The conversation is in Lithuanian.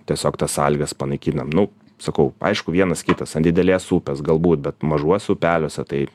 tiesiog tas sąlygas panaikinam nu sakau aišku vienas kitas ant didelės upės galbūt bet mažuos upeliuose tai